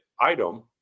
item